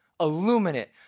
illuminate